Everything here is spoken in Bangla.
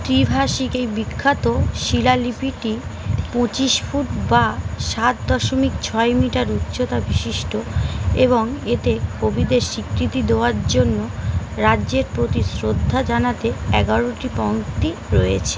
ত্রিভাষিক এই বিখ্যাত শিলালিপিটি পঁচিশ ফুট বা সাত দশমিক ছয় মিটার উচ্চতা বিশিষ্ট এবং এতে কবিদের স্বীকৃতি দেওয়ার জন্য রাজ্যের প্রতি শ্রদ্ধা জানাতে এগারোটি পঙক্তি রয়েছে